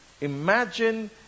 Imagine